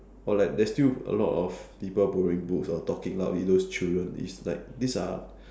or like there's still a lot of people borrowing books or talking loudly those children is like these are